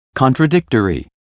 Contradictory